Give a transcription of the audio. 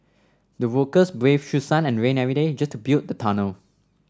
the workers braved through sun and rain every day just to build the tunnel